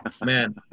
Man